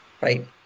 right